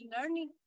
learning